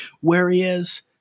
Whereas